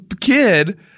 kid